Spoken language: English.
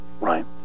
Right